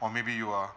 or maybe you are